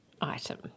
item